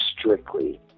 strictly